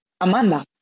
Amanda